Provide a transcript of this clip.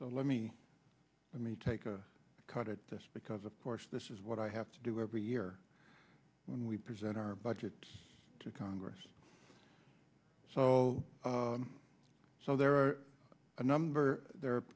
so let me let me tell i cut it because of course this is what i have to do every year when we present our budget to congress so so there are a number there